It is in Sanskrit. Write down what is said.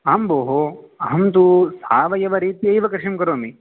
आं भोः अहं तु सावयवरीत्यैव कृषिं करोमि